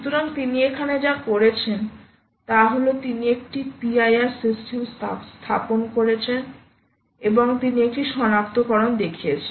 সুতরাং তিনি এখানে যা করেছেন তা হল তিনি একটি PIR সিস্টেম স্থাপন করেছেন এবং তিনি একটি সনাক্তকরণ দেখিয়েছেন